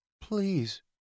Please